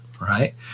right